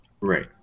Right